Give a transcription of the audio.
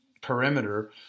perimeter